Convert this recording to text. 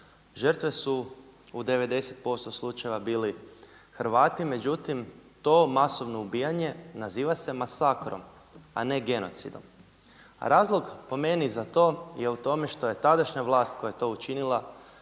Žrtve su u 90% slučajeva bili Hrvati, međutim to masovno ubijanje naziva se masakrom a ne genocidom. Razlog po meni za to je u tome što je tadašnja vlast koja je to učinila